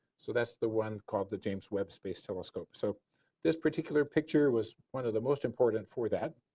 so that's the one called the james webb space telescope. so this particular picture was one of the most important for that.